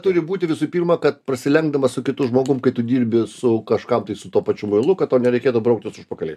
turi būti visų pirma kad prasilenkdamas su kitu žmogum kai tu dirbi su kažkam tai su tuo pačiu muilu kad tau nereikėtų brauktis užpakaliais